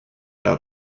out